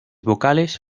vocales